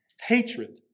hatred